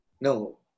no